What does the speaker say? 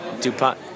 DuPont